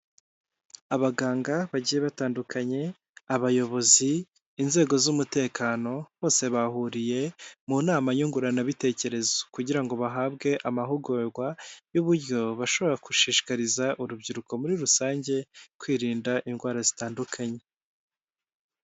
Abaganga bagiye batandukanye, abayobozi, inzego z'umutekano bose bahuriye mu nama nyunguranabitekerezo kugira ngo bahabwe amahugurwa y'uburyo bashobora gushishikariza urubyiruko muri rusange kwirinda indwara zitandukanye.